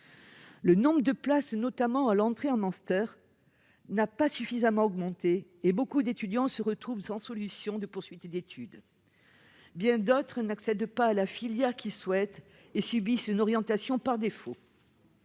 Le nombre de places, notamment à l'entrée en master, n'a pas suffisamment augmenté et beaucoup d'étudiants se retrouvent sans solution de poursuite d'études. Bien d'autres n'accèdent pas à la filière qu'ils souhaitent et subissent une orientation par défaut.